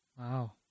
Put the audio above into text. Wow